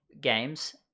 games